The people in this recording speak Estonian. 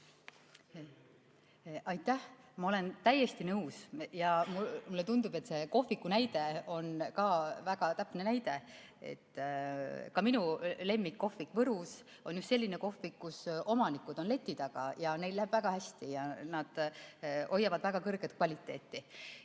Aitäh! Ma olen täiesti nõus ja mulle tundub, et see kohviku näide on väga täpne näide. Ka minu lemmikkohvik Võrus on just selline kohvik, kus omanikud on leti taga, ja neil läheb väga hästi, nad hoiavad väga kõrget kvaliteeti.